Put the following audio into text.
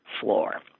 floor